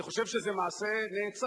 אני חושב שזה מעשה נאצל,